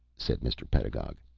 said mr. pedagog.